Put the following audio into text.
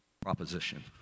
proposition